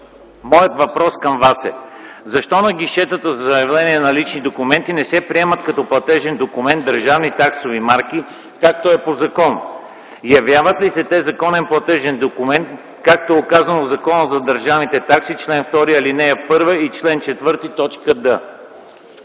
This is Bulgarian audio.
Моят въпрос към Вас е: защо на гишетата за заявления за лични документи не се приемат като платежен документ държавни таксови марки, както е по закон? Явяват ли се те законен платежен документ, както е указано в Закона за държавните такси, чл. 2, ал. 1 и чл. 4, т. „д”?